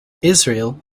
israel